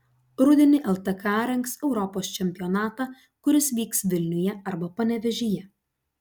rudenį ltka rengs europos čempionatą kuris vyks vilniuje arba panevėžyje